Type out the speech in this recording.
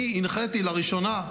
אני הנחיתי לראשונה,